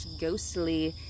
ghostly